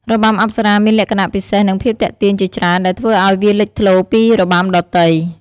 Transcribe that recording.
របាំអប្សរាមានលក្ខណៈពិសេស និងភាពទាក់ទាញជាច្រើន ដែលធ្វើឱ្យវាលេចធ្លោពីរបាំដទៃ។